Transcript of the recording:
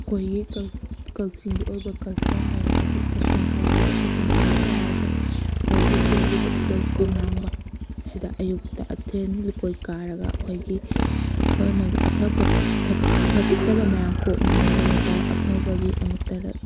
ꯑꯩꯈꯣꯏꯒꯤ ꯀꯛꯆꯤꯡꯒꯤ ꯑꯣꯏꯕ ꯀꯜꯆꯔ ꯍꯥꯏꯔꯒꯗꯤ ꯀꯛꯆꯤꯡ ꯍꯔꯥꯎꯕ ꯀꯛꯆꯤꯡ ꯍꯔꯥꯎꯕ ꯍꯥꯏꯔꯒꯗꯤ ꯑꯩꯈꯣꯏꯕꯨ ꯀꯣꯜꯂꯤꯕ ꯏꯕꯨꯙꯧ ꯀꯣꯝꯅꯥꯟꯕ ꯁꯤꯗ ꯑꯌꯨꯛꯇ ꯑꯊꯦꯟ ꯂꯨꯀꯣꯏ ꯀꯥꯔꯒ ꯑꯩꯈꯣꯏꯒꯤ ꯐꯅꯕ ꯑꯐ ꯐꯠꯇꯕ ꯃꯌꯥꯝ ꯀꯣꯛꯅꯕꯒꯤꯗꯃꯛꯇ ꯑꯐꯕꯒꯤꯗꯃꯛꯇ